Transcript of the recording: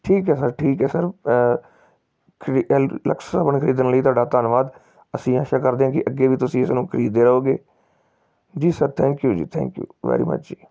ਠੀਕ ਹੈ ਸਰ ਠੀਕ ਹੈ ਸਰ ਲਕਸ ਸਾਬਣ ਖਰੀਦਣ ਲਈ ਤੁਹਾਡਾ ਧੰਨਵਾਦ ਅਸੀਂ ਆਸ਼ਾ ਕਰਦੇ ਹਾਂ ਕਿ ਅੱਗੇ ਵੀ ਤੁਸੀਂ ਇਸ ਨੂੰ ਖਰੀਦਦੇ ਰਹੋਗੇ ਜੀ ਸਰ ਥੈਂਕ ਯੂ ਜੀ ਥੈਂਕ ਯੂ ਵੈਰੀ ਮੱਚ ਜੀ